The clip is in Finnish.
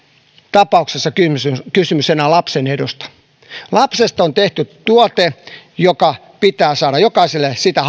tapauksessa kysymys kysymys enää lapsen edusta lapsesta on tehty tuote joka pitää saada jokaiselle sitä